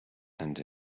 and